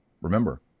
Remember